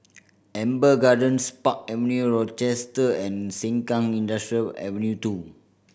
Amber Gardens Park Avenue Rochester and Sengkang Industrial Avenue Two